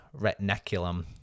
retinaculum